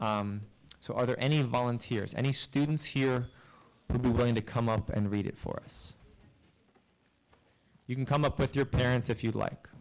so are there any volunteers any students here would be willing to come up and read it for us you can come up with your parents if you'd like